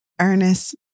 Ernest